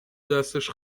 دستش